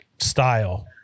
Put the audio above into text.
style